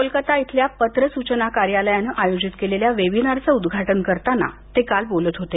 कोलकाता इथल्या पत्र सूचना कार्यालयानं आयोजित केलेल्या वेबीनारचं उद्घाटन करताना ते काल बोलत होते